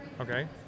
Okay